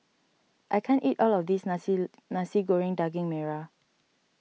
I can't eat all of this Nasi Nasi Goreng Daging Merah